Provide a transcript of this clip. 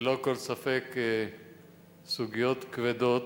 ללא כל ספק סוגיות כבדות,